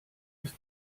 dass